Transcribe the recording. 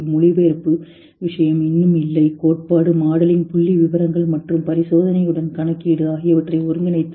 மொழிபெயர்ப்பு விஷயம் இன்னும் இல்லை கோட்பாடு மாடலிங் புள்ளிவிவரங்கள் மற்றும் பரிசோதனையுடன் கணக்கீடு ஆகியவற்றை ஒருங்கிணைத்தல்